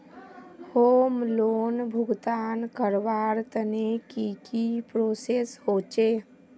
Home loan भुगतान करवार तने की की प्रोसेस होचे?